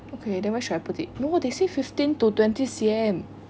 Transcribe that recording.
okay then where should I put it no what they say fifteen to twenty C_M